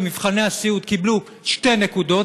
במבחני הסיעוד קיבלו שתי נקודות,